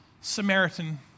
Samaritan